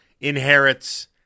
inherits